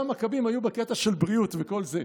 אולי המכבים היו בקטע של בריאות וכל זה.